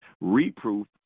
Reproof